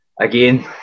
again